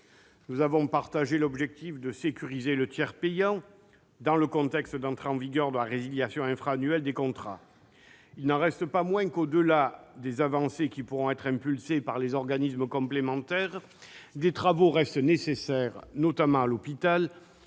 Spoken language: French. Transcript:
Nous avons partagé l'objectif de sécuriser le tiers payant dans le contexte de l'entrée en vigueur de la résiliation infra-annuelle des contrats. Il n'en reste pas moins que, au-delà des avancées qui pourront être impulsées par les organismes complémentaires, des travaux restent nécessaires, notamment à l'hôpital,